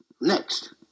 Next